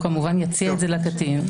הוא כמובן יציע את זה לקטין.